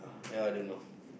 that one I don't know